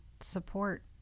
support